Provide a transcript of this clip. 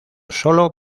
sólo